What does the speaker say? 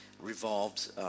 revolved